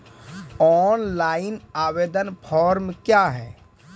Online आवेदन form क्या हैं?